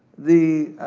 the